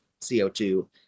CO2